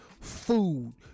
food